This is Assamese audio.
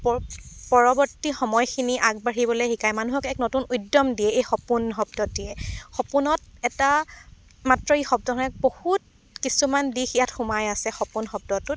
পৰ পৰৱৰ্তী সময়খিনি আগবাঢ়িবলৈ শিকায় মানুহক এক নতুন উদ্যম দিয়ে এই সপোন শব্দটিয়ে সপোনত এটা মাত্ৰ ই শব্দ নহয় বহুত কিছুমান দিশ ইয়াত সোমাই আছে সপোন শব্দটোত